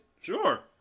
Sure